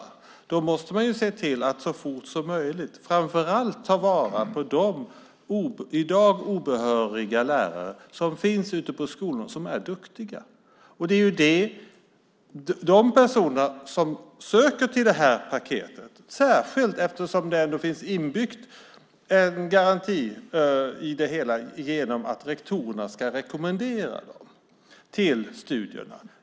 Man måste se till att så fort som möjligt framför allt ta vara på de i dag obehöriga lärare som finns ute på skolorna och som är duktiga. Det är särskilt sådana personer som söker till det här paketet. Det finns inbyggt en garanti i det hela genom att rektorerna ska rekommendera dem till studier.